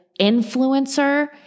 influencer